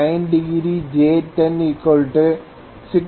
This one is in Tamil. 636